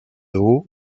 haut